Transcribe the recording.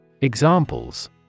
Examples